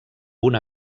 una